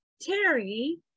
Terry